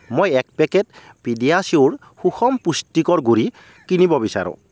মই এক পেকেট পিডিয়াচিয়'ৰ সুষম পুষ্টিকৰ গুড়ি কিনিব বিচাৰোঁ